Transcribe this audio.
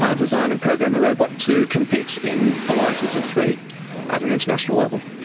ah design and program a robot to compete in alliances of three at an international level.